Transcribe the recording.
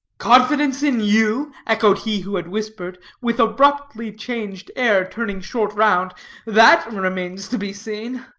confidence in you? echoed he who had whispered, with abruptly changed air turning short round that remains to be seen.